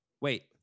wait